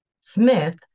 Smith